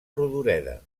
rodoreda